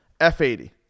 F80